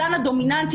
בזן הדומיננטי,